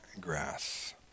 grass